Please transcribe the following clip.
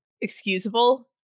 excusable